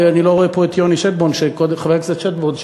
אני לא רואה פה את חבר הכנסת יוני שטבון,